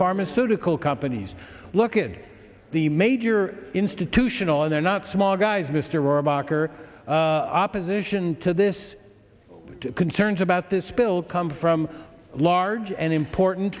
pharmaceutical companies look in the major institutional and they're not small guys mr rohrabacher opposition to this concerns about this bill come from large and important